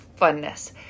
funness